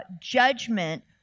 judgment